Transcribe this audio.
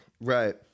Right